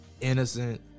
innocent